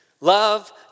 Love